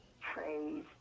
praise